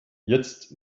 jetzt